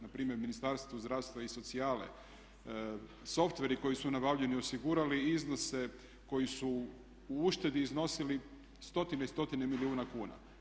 Na primjer u Ministarstvu zdravstva i socijale, softveri koji su nabavljeni osigurali iznose koji su u uštedi iznosili stotine i stotine milijuna kuna.